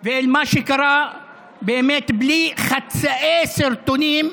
ואל מה שקרה באמת, בלי חצאי סרטונים,